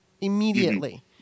immediately